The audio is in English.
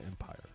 empire